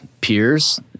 peers